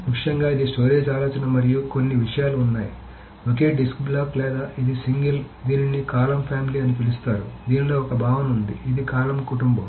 ముఖ్యంగా ఇది స్టోరేజ్ ఆలోచన మరియు కొన్ని విషయాలు ఉన్నాయి ఒకే డిస్క్ బ్లాక్ లేదా ఇది సింగిల్ దీనిని కాలమ్ ఫ్యామిలీ అని పిలుస్తారు దీనిలో ఒక భావన ఉంది ఒక కాలమ్ కుటుంబం